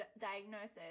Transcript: diagnosis